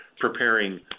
preparing